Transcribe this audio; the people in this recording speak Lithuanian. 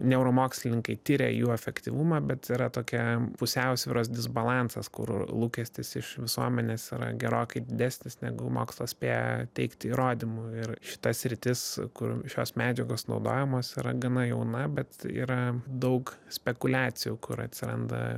neuromokslininkai tiria jų efektyvumą bet yra tokia pusiausvyros disbalansas kur lūkestis iš visuomenės yra gerokai didesnis negu mokslas spėja teikti įrodymų ir šita sritis kur šios medžiagos naudojamos yra gana jauna bet yra daug spekuliacijų kur atsiranda